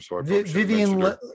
Vivian